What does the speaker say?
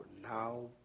now